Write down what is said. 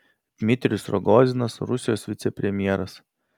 dmitrijus rogozinas rusijos vicepremjeras